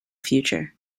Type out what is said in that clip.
future